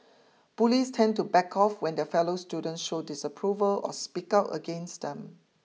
bullies tend to back off when their fellow student show disapproval or speak out against them